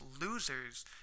losers